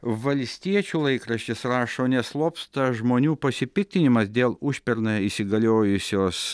valstiečių laikraštis rašo neslopsta žmonių pasipiktinimas dėl užpernai įsigaliojusios